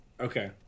Okay